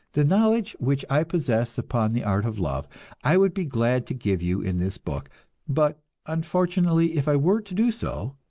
the knowledge which i possess upon the art of love i would be glad to give you in this book but unfortunately, if i were to do so,